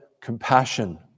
compassion